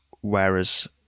whereas